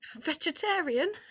vegetarian